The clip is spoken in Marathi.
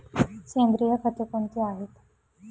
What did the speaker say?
सेंद्रिय खते कोणती आहेत?